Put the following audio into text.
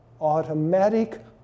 automatic